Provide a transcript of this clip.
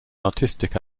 artistic